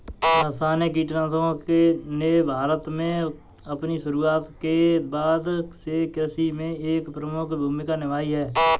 रासायनिक कीटनाशकों ने भारत में अपनी शुरूआत के बाद से कृषि में एक प्रमुख भूमिका निभाई है